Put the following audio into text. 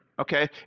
okay